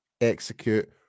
execute